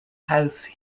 house